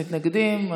אין מתנגדים.